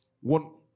One